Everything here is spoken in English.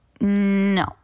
No